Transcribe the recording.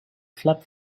flap